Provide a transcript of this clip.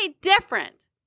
different